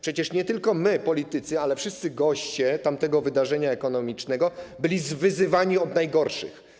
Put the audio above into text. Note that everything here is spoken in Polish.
Przecież nie tylko my, politycy, ale wszyscy goście tamtego wydarzenia ekonomicznego byli wyzywani od najgorszych.